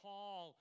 Paul